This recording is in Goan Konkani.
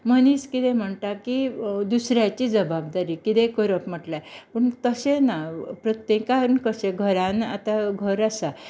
मनीस कितें म्हणटा कि दुसऱ्याची जबाबदारी कितें करप म्हटल्यार पण तशें ना प्रत्येकान कशें घरांत आतां घर आसा